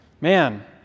Man